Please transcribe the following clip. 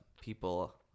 people